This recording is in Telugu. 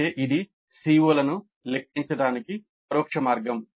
అందుకే ఇది CO లను లెక్కించడానికి పరోక్ష మార్గం